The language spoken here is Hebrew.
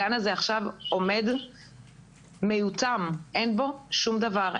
הגן הזה עכשיו עומד מיותם ואין בו שום דבר.